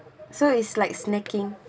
so it's like snacking